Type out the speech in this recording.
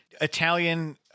Italian